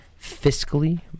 fiscally